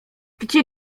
gdzie